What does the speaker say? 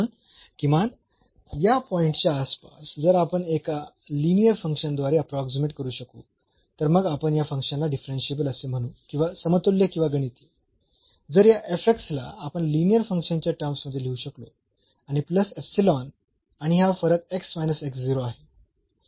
म्हणून किमान या पॉईंटच्या आसपास जर आपण एका लिनीअर फंक्शनद्वारे अप्रोक्सीमेट करू शकू तर मग आपण या फंक्शनला डिफरन्शियेबल असे म्हणू किंवा समतुल्य किंवा गणितीय जर या ला आपण लिनीअर फंक्शन च्या टर्म्स मध्ये लिहू शकलो आणि प्लस इप्सिलॉन आणि हा फरक आहे